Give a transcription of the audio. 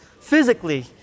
physically